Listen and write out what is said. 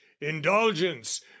indulgence